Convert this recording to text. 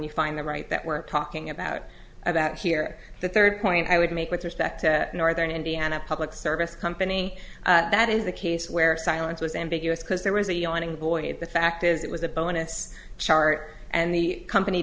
you find the right that we're talking about about here the third point i would make with respect to northern indiana public service company that is the case where silence was ambiguous because there was a yawning void the fact is it was a bonus chart and the company